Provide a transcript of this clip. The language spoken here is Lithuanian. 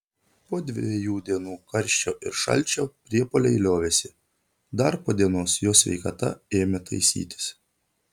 po dviejų dienų karščio ir šalčio priepuoliai liovėsi dar po dienos jo sveikata ėmė taisytis